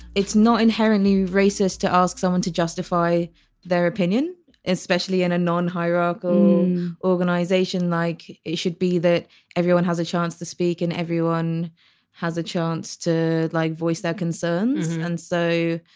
it's not inherently racist to ask someone to justify their opinion especially in a non-hierarchical organisation like it should be that everyone has a chance to speak and everyone has a chance to like voice their concerns and so.